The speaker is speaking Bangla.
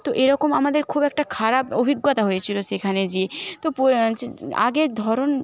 তো এরকম আমাদের খুব একটা খারাপ অভিজ্ঞতা হয়েছিল সেখানে যেয়ে তো পো আগের ধরন